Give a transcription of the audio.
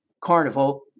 carnival